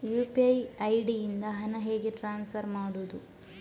UPI ID ಇಂದ ಹಣ ಹೇಗೆ ಟ್ರಾನ್ಸ್ಫರ್ ಮಾಡುದು?